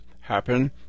happen